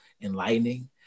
enlightening